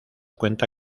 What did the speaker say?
cuenta